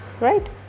right